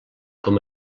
com